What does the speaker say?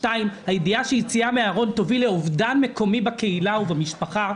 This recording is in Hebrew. הידיעה שיציאה מהארון תוביל לאובדן מקומי בקהילה ובמשפחה,